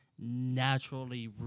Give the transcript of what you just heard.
naturally